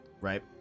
right